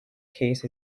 case